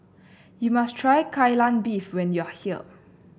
you must try Kai Lan Beef when you are here